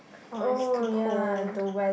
or it's too cold